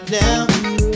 now